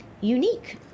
unique